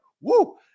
Woo